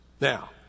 Now